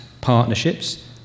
partnerships